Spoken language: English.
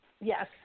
yes